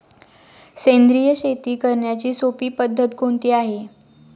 सेंद्रिय शेती करण्याची सोपी पद्धत कोणती आहे का?